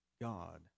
God